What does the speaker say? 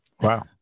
Wow